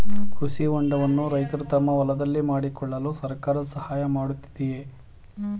ಕೃಷಿ ಹೊಂಡವನ್ನು ರೈತರು ತಮ್ಮ ಹೊಲದಲ್ಲಿ ಮಾಡಿಕೊಳ್ಳಲು ಸರ್ಕಾರ ಸಹಾಯ ಮಾಡುತ್ತಿದೆಯೇ?